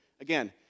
again